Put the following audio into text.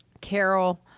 Carol